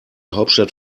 hauptstadt